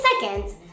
seconds